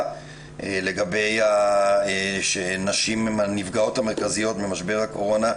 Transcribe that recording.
לגבי זה שנשים הן הנפגעות המרכזיות במשבר הקורונה.